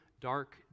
dark